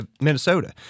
Minnesota